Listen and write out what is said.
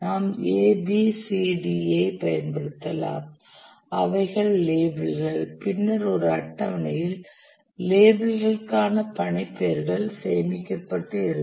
நாம் A B C D ஐ பயன்படுத்தலாம் அவைகள் லேபிள்கள் பின்னர் ஒரு அட்டவணையில் லேபிள்களுக்கான பணி பெயர்கள் சேமிக்கப்பட்டு இருக்கும்